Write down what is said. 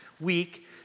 week